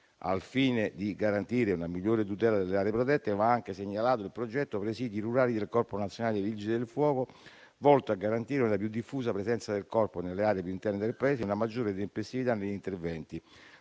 Al fine di garantire una migliore tutela delle aree protette, va anche segnalato il progetto Presidi rurali del Corpo nazionale dei vigili del fuoco, volto a garantire una più diffusa presenza del Corpo nelle aree più interne del Paese e una maggiore tempestività negli interventi,